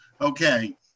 okay